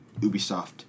Ubisoft